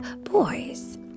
boys